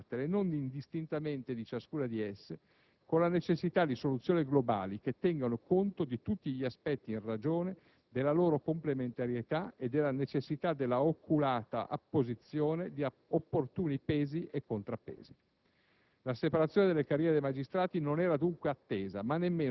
Paese. Del complesso di tutte queste questioni, infatti, occorre congiuntamente dibattere, e non indistintamente di ciascuna di esse, con la necessità di soluzioni globali, che tengano conto di tutti gli aspetti in ragione della loro complementarietà e della necessità della oculata apposizione di opportuni pesi e contrappesi.